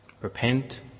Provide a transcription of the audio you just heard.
Repent